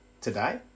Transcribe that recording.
today